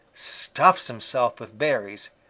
stuffs himself with berries,